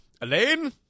Elaine